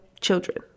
children